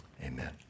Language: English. amen